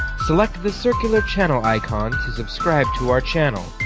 select the circular channel icon to subscribe to our channel.